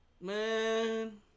Man